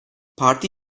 parti